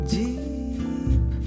deep